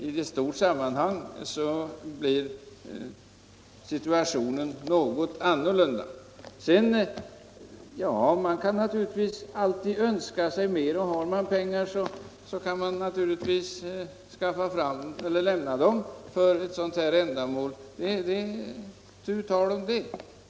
I det stora sammanhanget blir situationen något annorlunda. Man kan naturligtvis alltid önska sig mer om det finns pengar. Då kan man anslå pengar för sådana här ändamål. Det är inte tu tal om det.